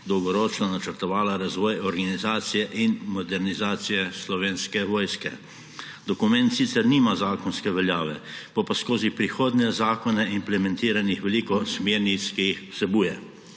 dolgoročno načrtovala razvoj organizacije in modernizacije Slovenske vojske. Dokument sicer nima zakonske veljave, bo pa skozi prihodnje zakone implementiranih veliko smernic, ki jih vsebuje.